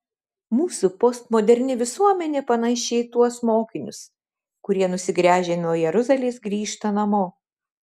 mūsų postmoderni visuomenė panaši į tuos mokinius kurie nusigręžę nuo jeruzalės grįžta namo